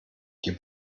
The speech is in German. die